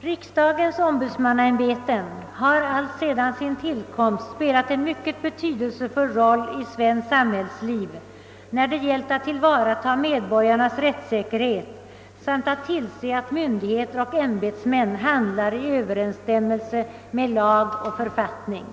Riksdagens ombudsmannaämbeten har, alltsedan sin tillkomst, spelat en mycket betydelsefull roll i svenskt samhällsliv när det gällt att värna om medborgarnas rättssäkerhet samt att tillse att myndigheter och ämbetsmän handlar i överensstämmelse med lag och författning.